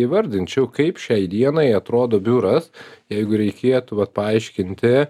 įvardinčiau kaip šiai dienai atrodo biuras jeigu reikėtų vat paaiškinti